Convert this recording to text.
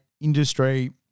industry